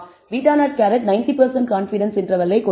β̂₀ 90 confidence interval கொண்டிருக்கும்